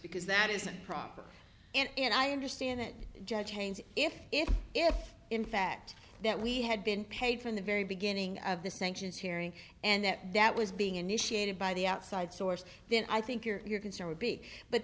because that isn't proper and i understand that judge haynes if if if in fact that we had been paid from the very beginning of the sanctions hearing and that that was being initiated by the outside source then i think your concern would be but